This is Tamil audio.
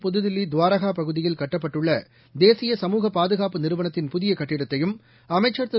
புதுதில்லிதுவாரகாபகுதியில் கட்டப்பட்டுள்ளதேசிய சமூக பாதுகாப்பு நிறுவனத்தின் புதியகட்டடத்தையும் அமைச்சர் திரு